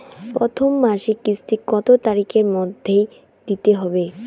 প্রথম মাসের কিস্তি কত তারিখের মধ্যেই দিতে হবে?